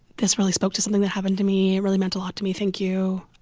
this really spoke to something that happened to me. it really meant a lot to me. thank you